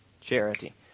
charity